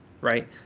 right